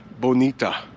Bonita